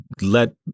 let